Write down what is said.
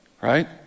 right